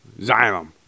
Xylem